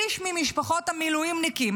איש ממשפחות המילואימניקים,